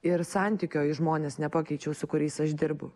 ir santykio į žmones nepakeičiau su kuriais aš dirbu